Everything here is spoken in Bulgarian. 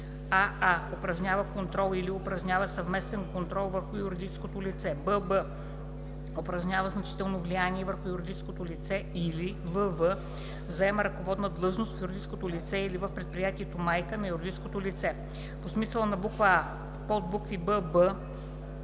аа) упражнява контрол или упражнява съвместен контрол върху юридическото лице; бб) упражнява значително влияние върху юридическото лице, или вв) заема ръководна длъжност в юридическото лице или в предприятието майка на юридическото лице. По смисъла на буква „а“, подбукви „бб“